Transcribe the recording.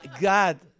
God